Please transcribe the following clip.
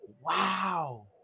wow